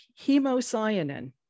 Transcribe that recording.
hemocyanin